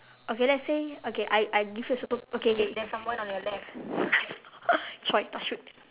okay let's say okay I I give you a super okay okay !choy! touch wood